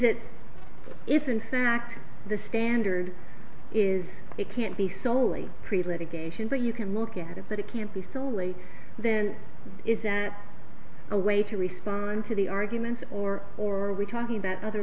it if in fact the standard is it can't be solely prevented a sure you can look at it but it can't be so only then is that a way to respond to the arguments or or are we talking about other